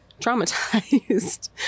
Traumatized